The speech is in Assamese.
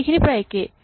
বাকীখিনি প্ৰায় একেই